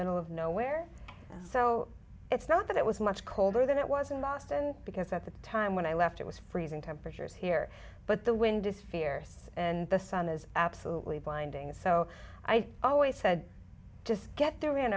middle of nowhere so it's not that it was much colder than it was in boston because at the time when i left it was freezing temperatures here but the wind is fierce and the sun is absolutely blinding so i always said just get t